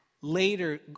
Later